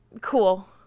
Cool